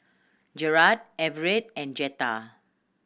Jarad Everett and Jetta